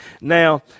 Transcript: Now